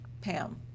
Pam